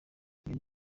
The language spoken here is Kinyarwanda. ibyo